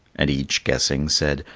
and each, guessing, said,